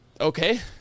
Okay